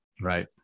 Right